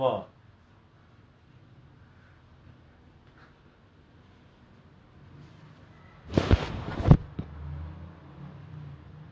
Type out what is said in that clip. I_S_D I_S_D S_I_D C_I_D S_S_B ah அதுக்கு மேல வந்து:athukku mela vanthu army இருக்கு:irukku navy இருக்கு:irukku air force இருக்கு:irukku